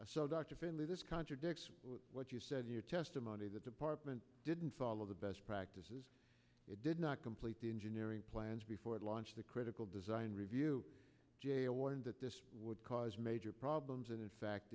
dr finley this contradicts what you said in your testimony the department didn't follow the best practices it did not complete the engineering plans before it launched the critical design review jr warned that this would cause major problems and in fact